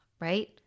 right